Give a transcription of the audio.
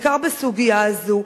בעיקר בסוגיה הזאת.